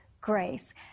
grace